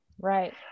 Right